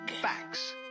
Facts